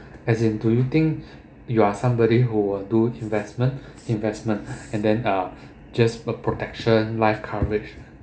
as in do you think you are somebody who will do investment investment and then ah just for protection life coverage